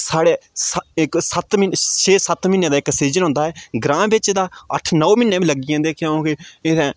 साढे इक सत्त म्हीनें छेऽ सत्त म्हीनें दा इक सीज़न होंदा ऐ ग्रांऽ बिच तां अट्ठ नौ म्हीनें बी लग्गी जंदे क्योंकि इ'त्थें